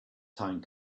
time